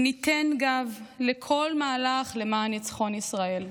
ניתן גב לכל מהלך למען ניצחון ישראל.